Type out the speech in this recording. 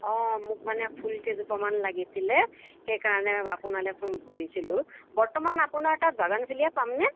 অঁ মোক মানে ফুল কেইজোপামান লাগিছিলে সেইকাৰণে আপোনালে ফোন কৰিছিলোঁ বৰ্তমান আপোনাৰ তাত বাগানভেলিয়া পামনে